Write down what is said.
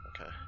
okay